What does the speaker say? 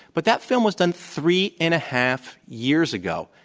but that film was done three and a half years ago.